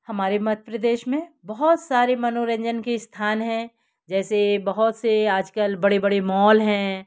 हमारे मध्य प्रदेश में बहुत सारे मनोरंजन के स्थान हैं जैसे बहुत से आज कल बड़े बड़े मॉल हैं